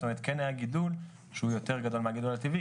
זאת אומרת כן היה גידול שהוא יותר גדול מהגידול הטבעי.